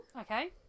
okay